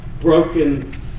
broken